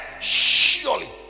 surely